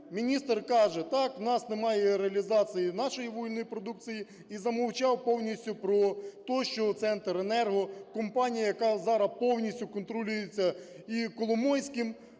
міністр каже, так, в нас немає реалізації нашої вугільної продукції, і замовчав повністю про те, що "Центренерго" – компанія, яка зараз повністю контролюється Коломойським,